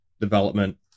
development